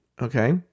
okay